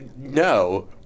No